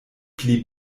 pli